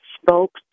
spoke